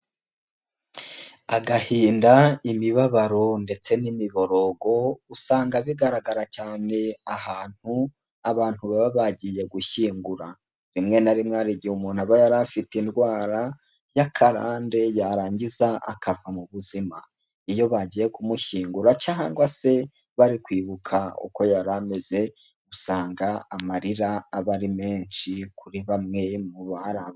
Agahinda, imibabaro ndetse n'imiborogo, usanga bigaragara cyane ahantu abantu baba bagiye gushyingura. Rimwe na rimwe hari igihe umuntu aba yari afite indwara y'akarande yarangiza akava mu buzima, iyo bagiye kumushyingura cyangwa se bari kwibuka uko yari ameze, usanga amarira aba ari menshi kuri bamwe mu ba…